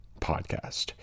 podcast